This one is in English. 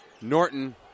Norton